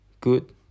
good